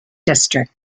district